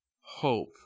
hope